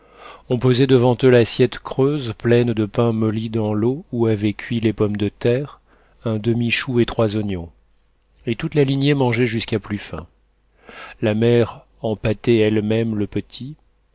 on posait devant eux l'assiette creuse pleine de pain molli dans l'eau où avaient cuit les pommes de terre un demi chou et trois oignons et toute la ligne mangeait jusqu'à plus faim la mère empâtait elle-même le petit